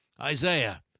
Isaiah